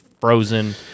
frozen